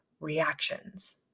reactions